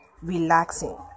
relaxing